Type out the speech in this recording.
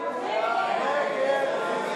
שלי יחימוביץ,